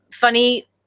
funny